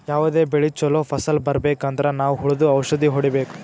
ಯಾವದೇ ಬೆಳಿ ಚೊಲೋ ಫಸಲ್ ಬರ್ಬೆಕ್ ಅಂದ್ರ ನಾವ್ ಹುಳ್ದು ಔಷಧ್ ಹೊಡಿಬೇಕು